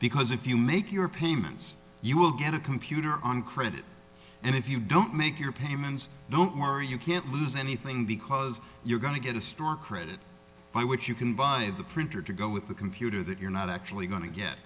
because if you make your payments you will get a computer on credit and if you don't make your payments don't worry you can't lose anything because you're going to get a store credit by which you can buy the printer to go with the computer that you're not actually going to get